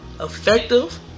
effective